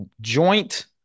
joint